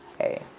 hey